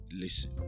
listen